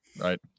right